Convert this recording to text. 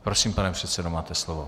Prosím, pane předsedo, máte slovo.